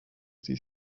dies